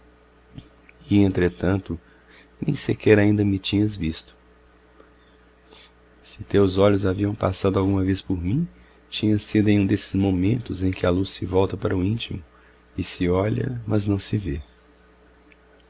e entretanto nem sequer ainda me tinhas visto se teus olhos haviam passado alguma vez por mim tinha sido em um desses momentos em que a luz se volta para o íntimo e se olha mas não se vê